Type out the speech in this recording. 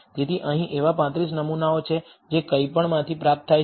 તેથી અહીં એવા 35 નમૂનાઓ છે જે કંઈપણમાંથી પ્રાપ્ત થાય છે